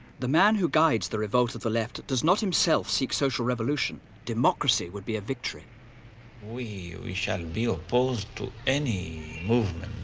the man who guides the revolt of the left does not himself seek social revolution democracy would be a victory we we shall be opposed to any movement